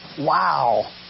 Wow